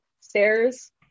stairs